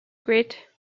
grit